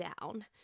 down